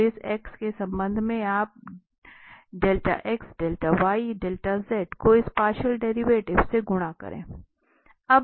तो इस x के संबंध में आप को इस पार्शियल डेरिवेटिव से गुणा करें